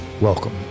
welcome